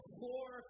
four